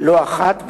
יהיה פה קונגרס